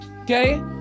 okay